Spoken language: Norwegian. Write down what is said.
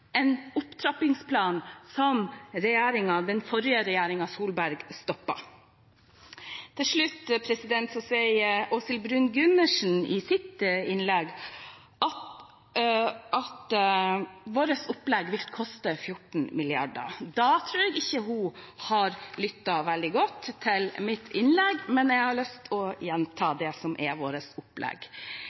en opptrappingsplan som regjeringen Solberg stoppet. Til slutt sier Åshild Bruun-Gundersen i sitt innlegg at vårt opplegg vil koste 14 mrd. kr. Da tror jeg ikke hun har lyttet veldig godt til mitt innlegg. Jeg har lyst til å gjenta det som er vårt opplegg: